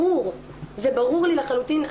זה ברור לי לחלוטין.